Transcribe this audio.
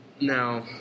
now